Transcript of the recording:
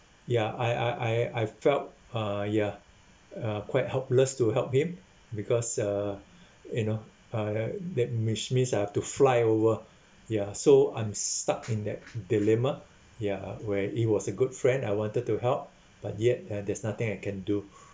ya I I I I felt uh ya uh quite helpless to help him because uh you know uh that mis~ means I have to flyover ya so I'm stuck in that dilemma ya where it was a good friend I wanted to help but yet uh there's nothing I can do